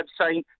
website